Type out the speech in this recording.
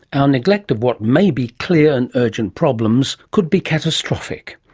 our neglect of what may be clear and urgent problems could be catastrophic.